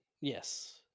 Yes